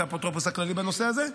את האפוטרופוס הכללי בנושא הזה,